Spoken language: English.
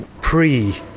pre